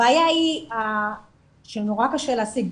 הבעיה היא שנורא קשה להשיג,